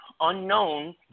unknown